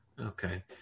Okay